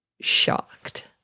shocked